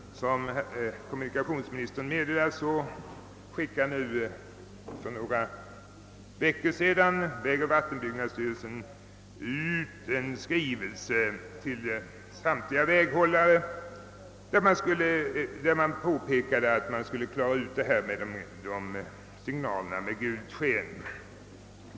Kommunikationsministern meddelar nämligen att vägoch vattenbyggnadsstyrelsen för ett par veckor sedan sände ut en skrivelse till samtliga väghållare, vari påpekades att signalerna i viss omfattning borde ställas om till blinkande gult sken.